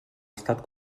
estat